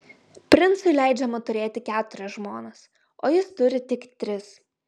princui leidžiama turėti keturias žmonas o jis turi tik tris